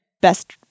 best